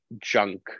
junk